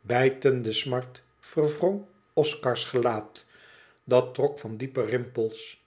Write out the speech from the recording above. bijtende smart verwrong oscars gelaat dat trok van diepe rimpels